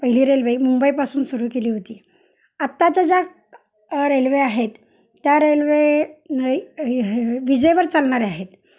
पहिली रेल्वे मुंबईपासून सुरू केली होती आत्ताच्या ज्या रेल्वे आहेत त्या रेल्वे विजेवर चालणाऱ्या आहेत